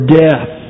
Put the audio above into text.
death